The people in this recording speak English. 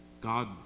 God